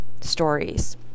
stories